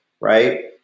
right